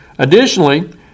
Additionally